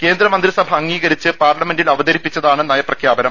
കേന്ദ്രമന്ത്രിസഭ അംഗീ കരിച്ച് പാർലമെന്റിൽ അവതരിപ്പിച്ചതാണ് നയപ്രഖ്യാപനം